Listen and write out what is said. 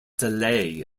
delay